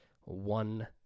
one